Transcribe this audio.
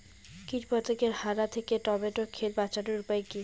কীটপতঙ্গের হানা থেকে টমেটো ক্ষেত বাঁচানোর উপায় কি?